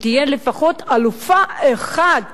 שתהיה לפחות אלופה אחת